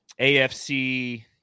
AFC